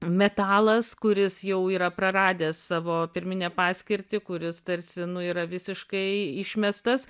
metalas kuris jau yra praradęs savo pirminę paskirtį kuris tarsi nu yra visiškai išmestas